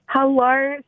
Hello